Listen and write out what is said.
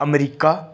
America